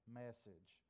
message